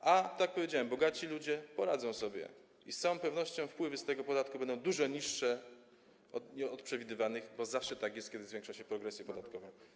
A tak jak powiedziałem, bogaci ludzie poradzą sobie i z całą pewnością wpływy z tego podatku będą dużo niższe od przewidywanych, bo zawsze tak jest, kiedy zwiększa się progresję podatkową.